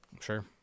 sure